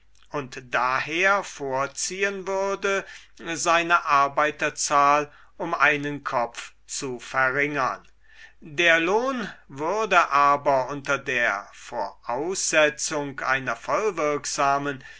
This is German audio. und daher vorziehen würde seine arbeiterzahl um einen kopf zu verringern der lohn würde aber unter der voraussetzung einer